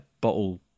bottle